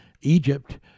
Egypt